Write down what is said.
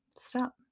Stop